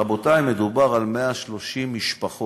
רבותי, מדובר על 130 משפחות.